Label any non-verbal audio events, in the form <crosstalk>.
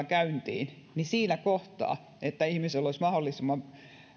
<unintelligible> käyntiin niin siinä kohtaa että ihmisellä olisi mahdollisimman